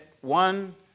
one